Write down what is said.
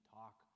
talk